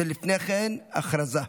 לפני כן, הודעה.